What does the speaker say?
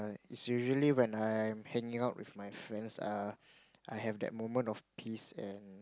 it's usually when I'm hanging out with my friends uh I have that moment of peace and